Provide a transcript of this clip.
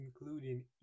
including